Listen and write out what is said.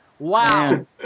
wow